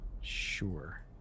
Sure